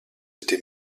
été